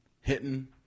hitting